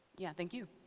yeah. thank you.